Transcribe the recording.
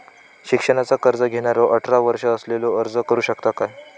शिक्षणाचा कर्ज घेणारो अठरा वर्ष असलेलो अर्ज करू शकता काय?